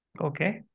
Okay